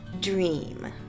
dream